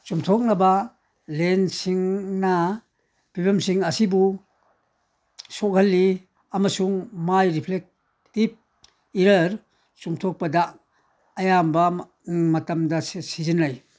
ꯆꯨꯝꯊꯣꯛꯅꯕ ꯂꯦꯟꯁꯁꯤꯡꯅ ꯐꯤꯕꯝꯁꯤꯡ ꯑꯁꯤꯕꯨ ꯁꯣꯛꯍꯜꯂꯤ ꯑꯃꯁꯨꯡ ꯃꯥꯏ ꯔꯤꯐ꯭ꯔꯦꯛꯇꯤꯞ ꯏꯔꯔ ꯆꯨꯝꯊꯣꯛꯄꯗ ꯑꯌꯥꯝꯕ ꯃꯇꯝꯗ ꯁꯤꯖꯤꯟꯅꯩ